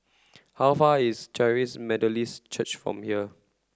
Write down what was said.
how far is Charis Methodist Church from here